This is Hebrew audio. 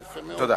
יפה מאוד.